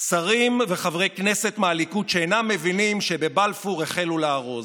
שרים וחברי כנסת מהליכוד שאינם מבינים שבלפור החלו לארוז.